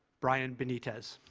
brian benitez.